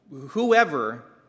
whoever